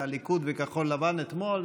הפגישה בין ראשי הליכוד לראשי כחול לבן אתמול.